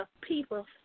people